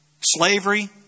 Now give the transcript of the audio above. slavery